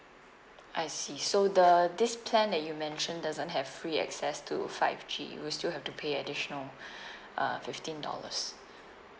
I see so the this plan that you mention doesn't have free access to five G we'll still have to pay additional uh fifteen dollars